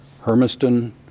Hermiston